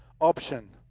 option